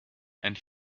and